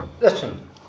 Listen